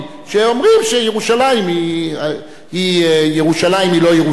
שאומרים שירושלים היא לא ירושלים.